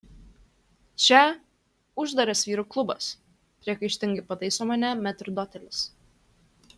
čia uždaras vyrų klubas priekaištingai pataiso mane metrdotelis